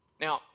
Now